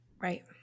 right